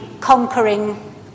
conquering